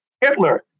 Hitler